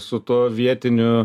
su tuo vietiniu